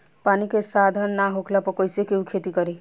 पानी के साधन ना होखला पर कईसे केहू खेती करी